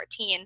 2014